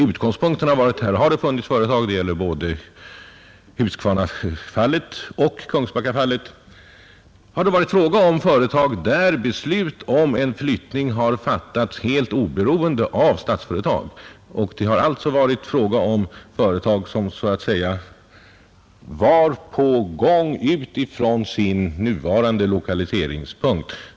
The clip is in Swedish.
Utgångspunkten har varit att det både i Huskvarnafallet och i Kungsbackafallet har fattats beslut om flyttning helt oberoende av Statsföretag. Det har alltså rört sig om företag som så att säga var på gång ut ifrån sin nuvarande lokaliseringspunkt.